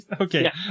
Okay